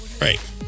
Right